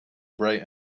bright